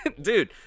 Dude